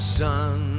sun